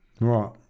Right